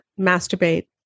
masturbate